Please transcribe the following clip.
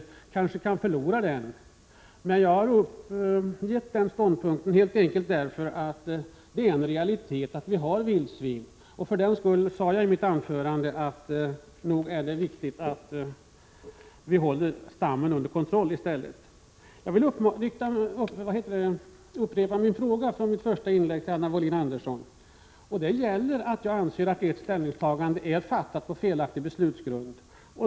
Jag har uppgett den ståndpunkten helt enkelt därför att det är en realitet att vi har vildsvin. Därför sade jag i mitt anförande att det i stället är viktigt att vi håller stammen under kontroll. Jag vill upprepa vad jag sade i mitt första inlägg till Anna Wohlin Andersson. Jag anser att ni har intagit er ståndpunkt på ett felaktigt beslutsunderlag.